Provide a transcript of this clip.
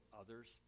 others